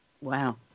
Wow